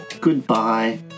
goodbye